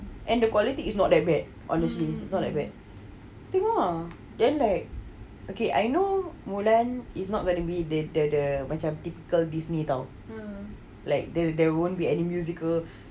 and the quality is not that bad honestly it's not that bad tengoklah then like okay I know mulan is not going to be the the the macam typical Disney [tau] like there won't be any musical